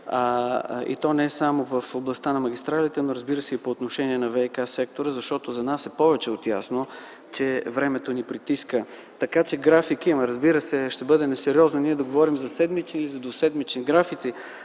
и то не само в областта на магистралите, но, разбира се, и по отношение на ВиК-сектора. Защото за нас е повече от ясно, че времето ни притиска. Така, че график има. Разбира се, ще бъде несериозно ние да говорим за седмични или двуседмични графици.